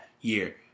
year